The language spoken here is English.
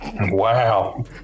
Wow